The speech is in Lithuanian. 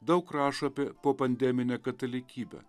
daug rašo apie popandeminę katalikybę